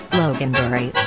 loganberry